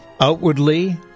outwardly